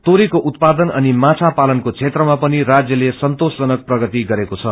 तोरीको उत्पादन अनि माछा पालनको क्षेत्रमा पनि राज्यले सन्तोषजनक प्रगति गरेको छ